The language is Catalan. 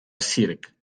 circ